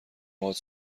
باهات